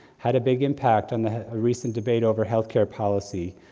had a big impact on the recent debate over health care policy.